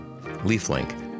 Leaflink